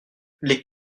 les